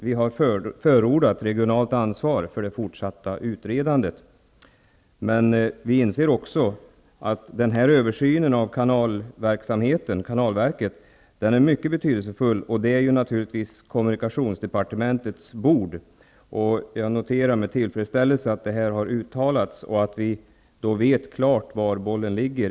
Vi har förordat regionalt ansvar för det fortsatta utredandet, men vi inser också att den här översynen av kanalverket är mycket betydelsefull. Detta är naturligtvis kommunikationsdepartementets bord, och jag noterar med tillfredsställelse att detta har uttalats och att vi nu med säkerhet vet var bollen ligger.